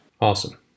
Awesome